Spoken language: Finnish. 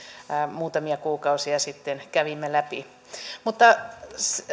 muutamia kuukausia sitten kävimme läpi olivat sangen surullisia mutta